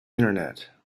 internet